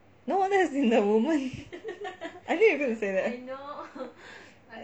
no that's in the woman I knew you are going to say that